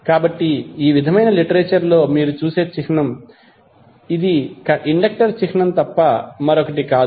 కాబట్టి ఈ విధమైన లిటరేచర్ లో మీరు చూసే చిహ్నం ఇది ఇండక్టర్ చిహ్నం తప్ప మరొకటి కాదు